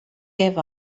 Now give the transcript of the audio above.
gave